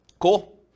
cool